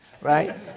right